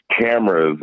cameras